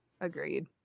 Agreed